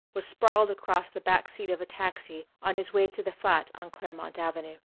was sprawled across the back seat of a taxi on his way to the flat on claremont avenue.